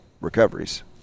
recoveries